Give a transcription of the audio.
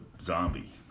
zombie